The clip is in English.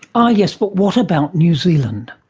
ah yes, but what about new zealand?